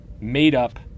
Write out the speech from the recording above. made-up